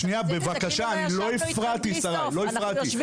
--- אנחנו יושבים איתכם בלי סוף.